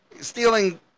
stealing